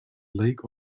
lake